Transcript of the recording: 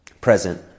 present